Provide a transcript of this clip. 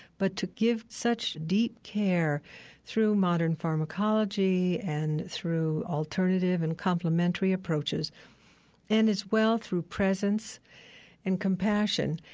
but to give such deep care through modern pharmacology and through alternative and complementary approaches and, as well, through presence and compassion.